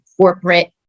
corporate